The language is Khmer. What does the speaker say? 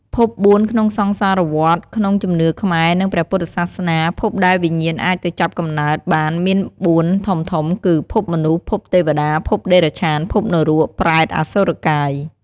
ភព៤ក្នុងសង្សារវដ្ដ ក្នុងជំនឿខ្មែរ និងព្រះពុទ្ធសាសនា ភពដែលវិញ្ញាណអាចទៅចាប់កំណើតបានមាន៤ធំៗគឺ ភពមនុស្ស ភពទេវតា ភពតិរច្ឆាន ភពនរក ប្រេត អសុរកាយ។